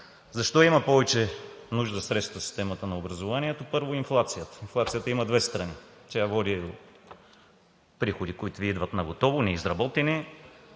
Защо има повече нужда от средства системата на образованието? Първо е инфлацията. Инфлацията има две страни. Тя води приходи, които Ви идват наготово, неизработени.